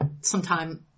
sometime